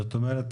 זאת אומרת,